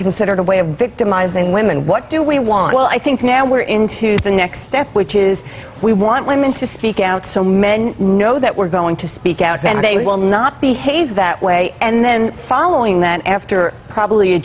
considered a way of victimizing women what do we want well i think now we're into the next step which is we want women to speak out so men know that we're going to speak out and they will not behave that way and then following that after probably a